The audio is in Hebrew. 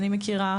אני מכירה,